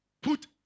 put